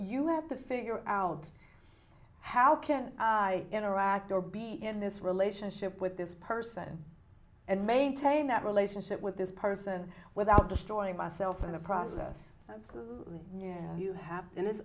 you have to figure out how can i interact or be in this relationship with this person and maintain that relationship with this person without destroying myself in the process absolutely yeah you have this and it's